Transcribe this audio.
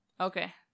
Okay